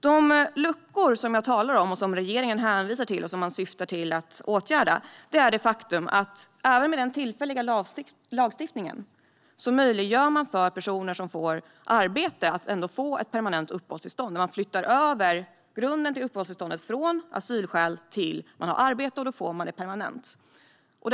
De luckor som jag talar om och som regeringen vill åtgärda är det faktum att man även med den tillfälliga lagstiftningen möjliggör för personer som får arbete att ändå få permanent uppehållstillstånd. Man flyttar över grunden för uppehållstillståndet från asylskäl till att personen har arbete. Och då blir det ett permanent uppehållstillstånd.